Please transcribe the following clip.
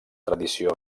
tradició